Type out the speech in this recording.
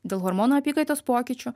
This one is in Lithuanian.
dėl hormonų apykaitos pokyčių